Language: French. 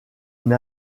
une